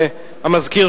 המזכיר,